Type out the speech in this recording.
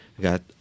got